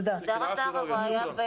תודה רבה, ראויה.